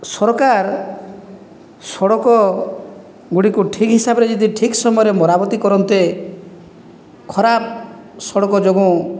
ସରକାର ସଡ଼କଗୁଡ଼ିକୁ ଠିକ ହିସାବରେ ଯଦି ଠିକ ସମୟରେ ମରାମତି କରନ୍ତେ ଖରାପ ସଡ଼କ ଯୋଗୁଁ